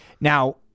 Now